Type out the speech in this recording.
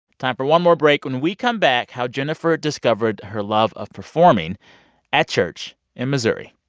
time for one more break. when we come back, how jenifer discovered her love of performing at church in missouri.